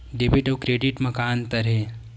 Debit अउ credit म का अंतर हे?